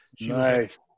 Nice